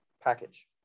package